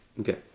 Okay